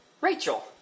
Rachel